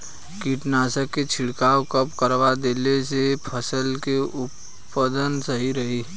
कीटनाशक के छिड़काव कब करवा देला से फसल के उत्पादन सही रही?